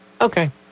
okay